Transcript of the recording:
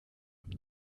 ihm